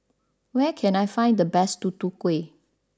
where can I find the best Tutu Kueh